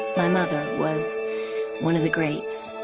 my mother was one of the greats